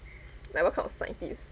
like what kind of scientist